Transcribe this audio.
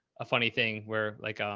a funny thing where like,